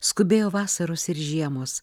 skubėjo vasaros ir žiemos